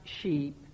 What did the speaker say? sheep